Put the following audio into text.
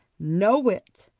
no wit,